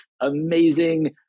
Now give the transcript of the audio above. amazing